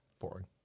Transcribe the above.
boring